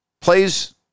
plays